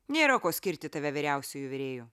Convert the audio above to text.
nėra ko skirti tave vyriausiuoju virėju